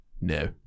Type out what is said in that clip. No